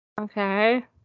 Okay